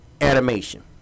animation